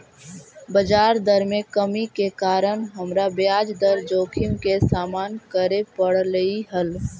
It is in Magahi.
बजार दर में कमी के कारण हमरा ब्याज दर जोखिम के सामना करे पड़लई हल